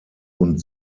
und